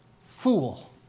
fool